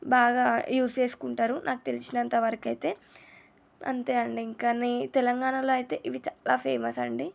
బాగా యూస్ చేస్కుంటరు నాకు తెలిసినంతవరికైతే అంతే అండి ఇంకని తెలంగాణలో అయితే ఇవి చాలా ఫేమస్ అండి